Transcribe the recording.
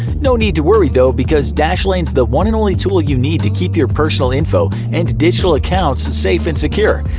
no need to worry though, because dashlane's the one and only tool you need to keep your personal info and digital accounts safe and secure,